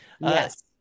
Yes